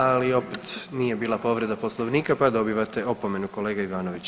Ali opet, nije bila povreda Poslovnika pa dobivate opomenu, kolega Ivanović.